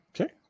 Okay